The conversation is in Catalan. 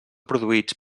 produïts